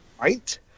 Right